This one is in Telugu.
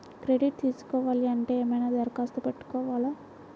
క్రెడిట్ తీసుకోవాలి అంటే ఏమైనా దరఖాస్తు పెట్టుకోవాలా?